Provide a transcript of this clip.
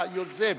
היוזם,